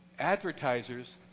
Advertisers